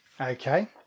Okay